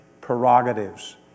prerogatives